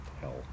Hell